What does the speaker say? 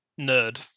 nerd